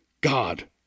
God